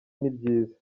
n’ibyiza